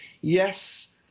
yes